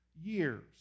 years